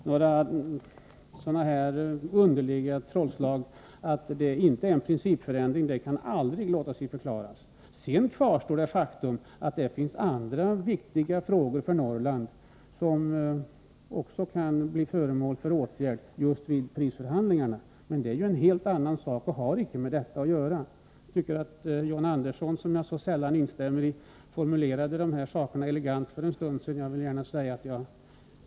Sådana här underliga trollslag att det inte är en principförändring kan aldrig låta sig förklaras. Sedan kvarstår det faktum att det finns andra viktiga frågor för Norrland som kan bli föremål för åtgärder just vid prisförhandlingarna. Men det är ju en helt annan sak och har inte med detta att göra. John Andersson, vars uttalanden jag så sällan har anledning att instämma i, formulerade dessa saker elegant för en stund sedan. Jag delar hans uppfattning.